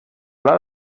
lot